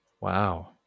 Wow